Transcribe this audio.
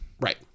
Right